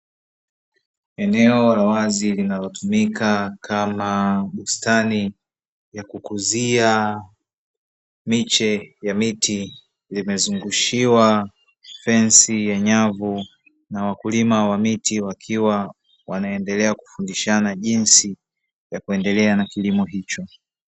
Eneo la wazi linalotumika kama bustani ya kukuzia miche ya miti, limezungushiwa fensi ya nyavu na wakulima wa miti wakiwa wanaendelea kufundishana jinsi ya kuendelea na kilimo hicho.